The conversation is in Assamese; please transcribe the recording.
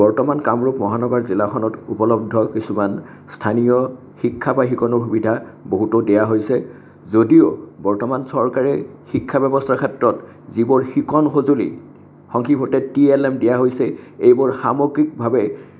বৰ্তমান কামৰূপ মহানগৰ জিলাখনত উপলব্ধ কিছুমান স্থানীয় শিক্ষা বা শিকনৰ সুবিধা বহুতো দিয়া হৈছে যদিও বৰ্তমান চৰকাৰে শিক্ষাব্যৱস্থাৰ ক্ষেত্ৰত যিবোৰ শিকন সঁজুলি সংক্ষিপতে টি এল এম দিয়া হৈছে এইবোৰ সামগ্ৰিকভাৱে